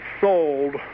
sold